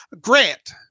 Grant